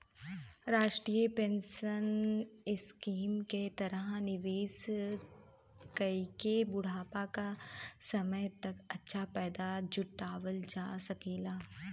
राष्ट्रीय pension scheme के तहत निवेश कइके बुढ़ापा क समय तक अच्छा पैसा जुटावल जा सकल जाला